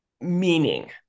meaning